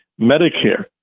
Medicare